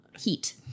heat